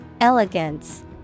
Elegance